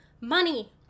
money